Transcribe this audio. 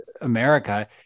America